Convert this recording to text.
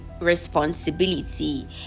responsibility